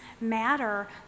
matter